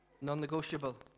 non-negotiable